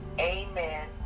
Amen